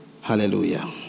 Hallelujah